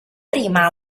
prima